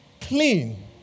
clean